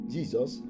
Jesus